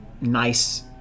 nice –